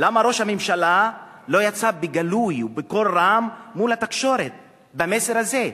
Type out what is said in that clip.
למה ראש הממשלה לא יצא בגלוי ובקול רם מול התקשורת במסר הזה?